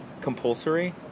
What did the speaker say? compulsory